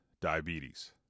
diabetes